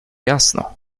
jasno